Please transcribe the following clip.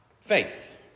Faith